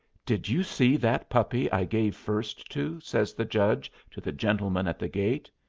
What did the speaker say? did you see that puppy i gave first to? says the judge to the gentleman at the gate.